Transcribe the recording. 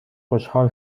خوشحال